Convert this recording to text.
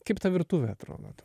kaip ta virtuvė atrodo